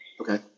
Okay